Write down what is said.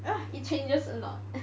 ugh it changes a lot